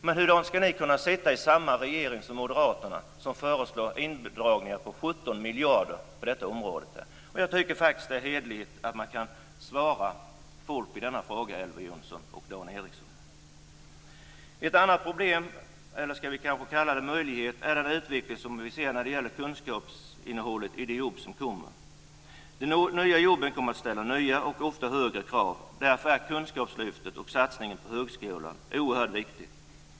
Men hur skall ni kunna sitta i samma regering som Moderaterna, som ju föreslår indragningar på 17 miljarder kronor på detta område? Jag tycker faktiskt, Elver Jonsson och Dan Ericsson, att det är hederligt att ge folk ett svar på den frågan. Ett annat problem, eller kanske en annan möjlighet, är den utveckling som vi ser när det gäller kunskapsinnehållet i de jobb som kommer. De nya jobben kommer att ställa nya, och ofta högre, krav. Därför är kunskapslyftet och satsningen på högskolan oerhört viktiga.